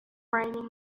raining